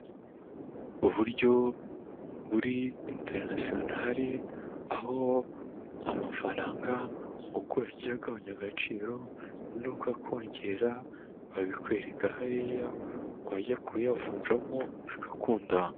Uburyo buri interinasiyonari, aho amafaranga uko yagiye agabanya agaciro, nuko akongera, babikwereka hariya wajya kuyavunjamo bigakunda.